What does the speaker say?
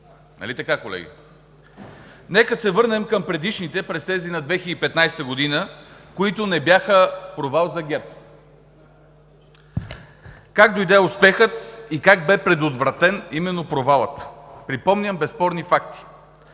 Нека се върнем към предишните – тези през 2015 г., които не бяха провал за ГЕРБ. Как дойде успехът и как бе предотвратен именно провалът? Припомням безспорни факти.